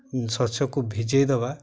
ଶସ୍ୟକୁ ଭିଜାଇଦେବା